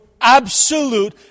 absolute